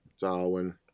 Darwin